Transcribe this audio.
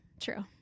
True